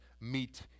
meet